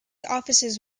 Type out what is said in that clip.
offices